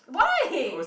why